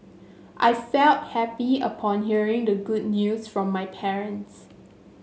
I felt happy upon hearing the good news from my parents